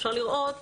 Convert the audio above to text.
אפשר לראות